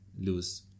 lose